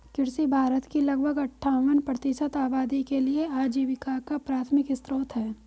कृषि भारत की लगभग अट्ठावन प्रतिशत आबादी के लिए आजीविका का प्राथमिक स्रोत है